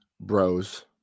bros